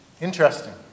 Interesting